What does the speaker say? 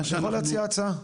אני יכול להציע הצעה?